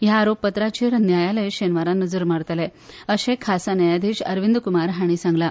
ह्या आरोपपत्राचेर न्यायालय शेनवारा नजर मारतले अशें खासा न्यायाधिश अरविंद कुमार हाणी सांगला